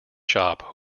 shop